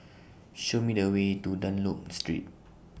Show Me The Way to Dunlop Street